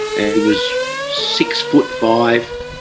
he was six foot five,